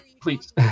Please